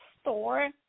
store